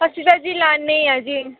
ਅਸੀਂ ਤਾਂ ਜੀ ਲਗਾਉਦੇ ਹਾਂ ਜੀ